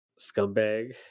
scumbag